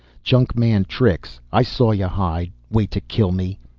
junkman tricks. i saw y'hide. wait to kill me.